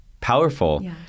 powerful